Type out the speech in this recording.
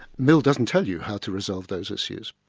mill doesn't tell you how to resolve those issues.